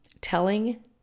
telling